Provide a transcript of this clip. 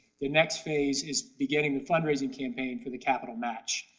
the next phase is beginning the fundraising campaign for the capitol match.